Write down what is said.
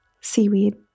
seaweed